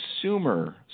consumer